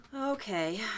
Okay